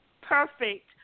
perfect